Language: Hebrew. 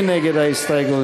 מי נגד ההסתייגות?